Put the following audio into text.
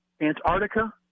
Antarctica